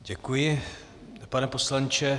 Děkuji, pane poslanče.